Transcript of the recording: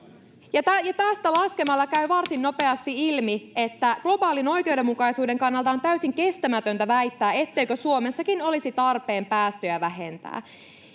ja tästä laskemalla käy varsin nopeasti ilmi että globaalin oikeudenmukaisuuden kannalta on täysin kestämätöntä väittää ettei suomessakin olisi tarpeen päästöjä vähentää